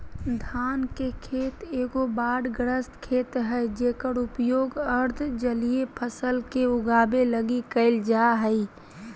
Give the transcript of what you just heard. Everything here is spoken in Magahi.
धान के खेत एगो बाढ़ग्रस्त खेत हइ जेकर उपयोग अर्ध जलीय फसल के उगाबे लगी कईल जा हइ